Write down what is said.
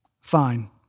Fine